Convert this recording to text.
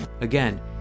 Again